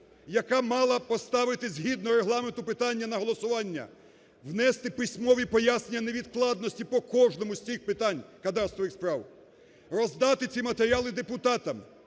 яка мала поставити згідно Регламенту питання на голосування, внести письмові пояснення невідкладності по кожному з цих питань кадастрових справ, роздати ці матеріали депутатам,